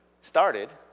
started